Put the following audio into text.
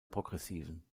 progressiven